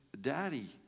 daddy